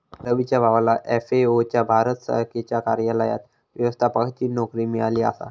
रवीच्या भावाला एफ.ए.ओ च्या भारत शाखेच्या कार्यालयात व्यवस्थापकाची नोकरी मिळाली आसा